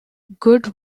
good